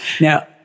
Now